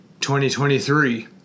2023